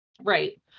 Right